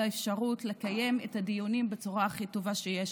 האפשרות לקיים את הדיונים בצורה הכי טובה שיש.